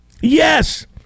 Yes